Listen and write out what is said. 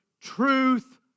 Truth